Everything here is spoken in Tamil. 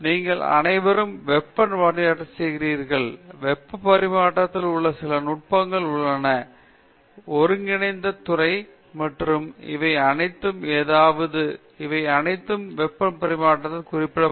உதாரணமாக நீங்கள் அனைவரும் வெப்ப பரிமாற்றத்தை செய்கிறீர்கள் வெப்ப பரிமாற்றத்தில் உள்ள சில நுட்பங்கள் உள்ளன ஒருங்கிணைந்த முறை ஒற்றுமை மாற்றம் முறை சரி எப்படி பகுதி வேறுபாடு சமன்பாடுகள் வரையறுக்கப்பட்ட வேறுபாடு முறை சரி வெப்பநிலை அளவீடு அழுத்தம் அளவீடு ஓட்டம் அளவிடல் இவை அனைத்தும் அதாவது இவை அனைத்தும் வெப்ப பரிமாற்றத்திற்கு குறிப்பிட்டவை